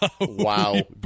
wow